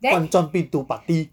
站钻病毒 party